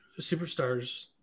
superstars